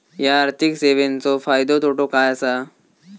हया आर्थिक सेवेंचो फायदो तोटो काय आसा?